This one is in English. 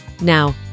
Now